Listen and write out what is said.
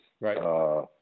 Right